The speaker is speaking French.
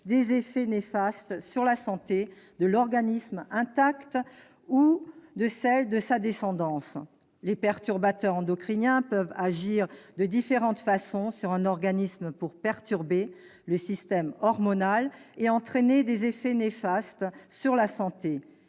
des effets néfastes sur la santé de l'organisme intact ou sur celle de sa descendance ». Les perturbateurs endocriniens peuvent agir de différentes façons sur un organisme pour perturber le système hormonal et entraîner des effets néfastes sur la santé